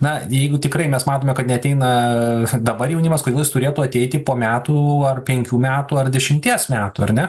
na jeigu tikrai mes matome kad neateina dabar jaunimas kodėl jis turėtų ateiti po metų ar penkių metų ar dešimties metų ar ne